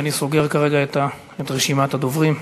שאני סוגר כרגע את רשימת הדוברים.